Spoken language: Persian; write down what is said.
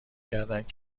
کردهاند